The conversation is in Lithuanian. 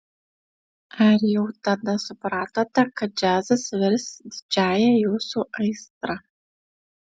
ar jau tada supratote kad džiazas virs didžiąja jūsų aistra